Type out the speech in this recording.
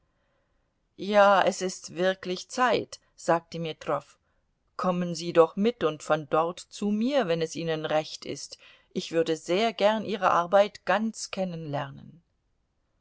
ja es ist wirklich zeit sagte metrow kommen sie doch mit und von dort zu mir wenn es ihnen recht ist ich würde sehr gern ihre arbeit ganz kennenlernen